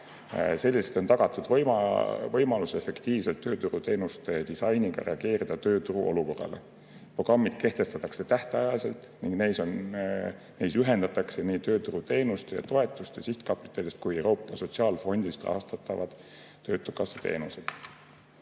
Selliselt on tagatud võimalus efektiivselt tööturuteenuste disainiga reageerida tööturu olukorrale. Programmid kehtestatakse tähtajaliselt ning neis ühendatakse nii tööturuteenuste ja -toetuste sihtkapitalist kui Euroopa Sotsiaalfondist rahastatavad töötukassa teenused.